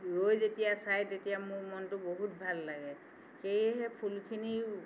ৰৈ যেতিয়া চায় তেতিয়া মোৰ মনটো বহুত ভাল লাগে সেয়েহে ফুলখিনি